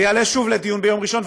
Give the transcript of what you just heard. זה יעלה שוב לדיון ביום ראשון,